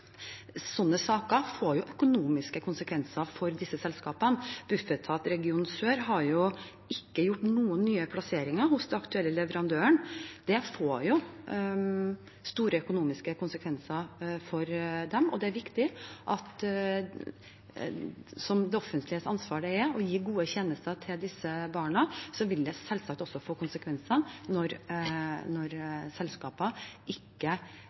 sånne saker får økonomiske konsekvenser for disse selskapene. Bufetat region sør har jo ikke gjort noen nye plasseringer hos den aktuelle leverandøren. Det får jo store økonomiske konsekvenser for dem. Det er viktig. Det er det offentliges ansvar å gi gode tjenester til disse barna, og det vil selvsagt få konsekvenser når selskaper ikke